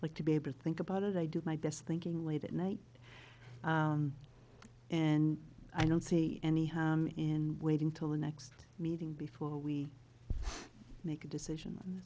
like to be able to think about it i do my best thinking late at night and i don't see any hope in waiting till the next meeting before we make a decision